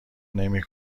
نمی